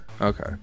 Okay